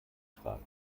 frage